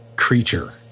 Creature